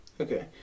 Okay